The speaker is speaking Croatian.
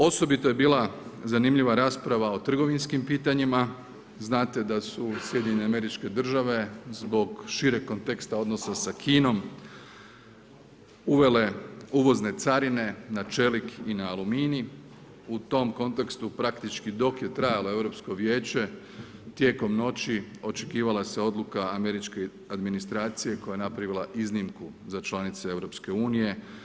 Osobito je bila zanimljiva rasprava o trgovinskim pitanjima, znate da su SAD zbog šireg konteksta odnosa sa Kinom uvele uvozne carine na čelik i na aluminij, u tom kontekstu praktički dok je trajalo Europsko Vijeće tijekom noći očekivala se odluka američke administracija koja je napravila iznimku za članice EU.